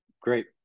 great